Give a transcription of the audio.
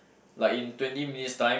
like in twenty minutes time